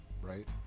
right